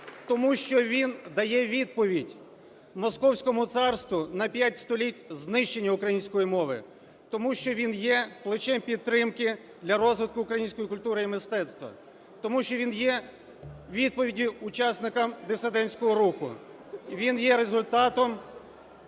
Тому що він дає відповідь Московському царству на 5 століть знищення української мови. Тому що він є плечем підтримки для розвитку української культури і мистецтва. Тому що він є відповіддю учасникам дисидентського руху. І він є результатом